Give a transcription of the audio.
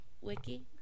Wiki